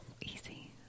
easy